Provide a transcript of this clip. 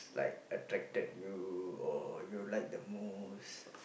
like attracted you or you like the most